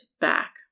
back